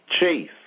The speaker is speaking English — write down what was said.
Chase